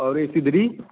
और ये सिबरी